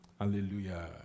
Hallelujah